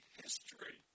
history